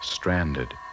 Stranded